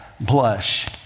blush